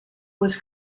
was